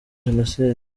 jenoside